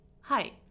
Hi